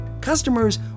Customers